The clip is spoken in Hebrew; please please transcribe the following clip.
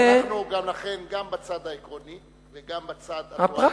אנחנו לכן גם בצד העקרוני וגם בצד הפרקטי.